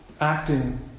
acting